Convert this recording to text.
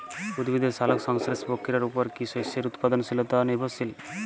উদ্ভিদের সালোক সংশ্লেষ প্রক্রিয়ার উপর কী শস্যের উৎপাদনশীলতা নির্ভরশীল?